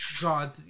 God